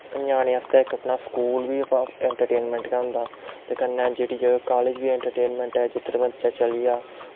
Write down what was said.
ञ्यानें आस्तै स्कूल बी इंट्रटेनमैंट गै होंदा ते कन्नै कालेज बी इंट्रटेनमैंट गै ऐ जिद्धर मर्जी चली जा